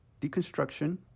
Deconstruction